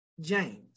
James